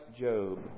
Job